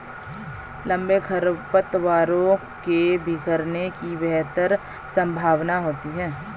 लंबे खरपतवारों के बिखरने की बेहतर संभावना होती है